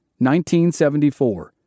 1974